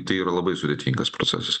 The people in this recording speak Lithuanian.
tai yra labai sudėtingas procesas